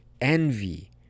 envy